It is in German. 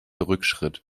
rückschritt